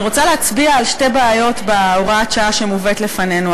אני רוצה להצביע על שתי בעיות בהוראת השעה המובאת לפנינו,